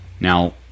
Now